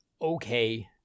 okay